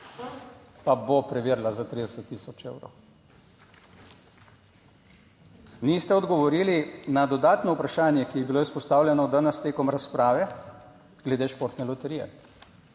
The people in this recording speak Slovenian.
Pa bo preverila 30 tisoč evrov. Niste odgovorili na dodatno vprašanje, ki je bilo izpostavljeno danes tekom razprave, glede Športne loterije.